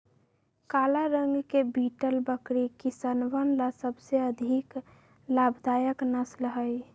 काला रंग के बीटल बकरी किसनवन ला सबसे अधिक लाभदायक नस्ल हई